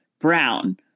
Brown